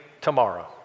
tomorrow